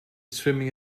swimming